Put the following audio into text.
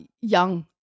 young